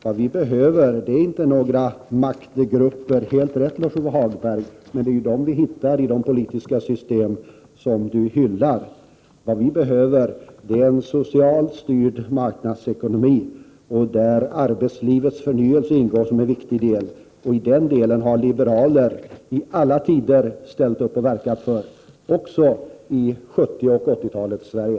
Han har helt rätt i att det inte behövs några maktgrupper, men det är ju de som finns i de politiska system som han hyllar. Herr talman, vad som behövs är en socialt styrd marknadsekonomi, där arbetslivets förnyelse ingår som en viktig del. I det arbetet har liberaler i alla tider ställt upp och verkat. Också i 70 och 80-talets Sverige.